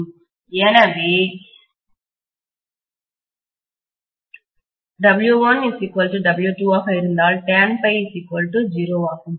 எனவே W1W2 ஆக இருந்தால் ஆகும்